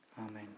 Amen